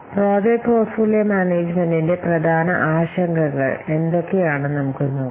project portfolio മാനേജുമെന്റിന്റെ പ്രധാന ആശങ്കകൾ എന്തൊക്കെയാണെന്ന് നമുക്ക് നോക്കാം